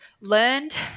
learned